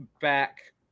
back